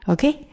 Okay